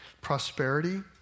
prosperity